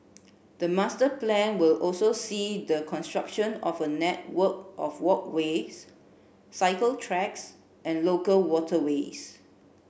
the master plan will also see the construction of a network of walkways cycle tracks and local waterways